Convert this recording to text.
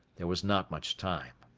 there was not much time.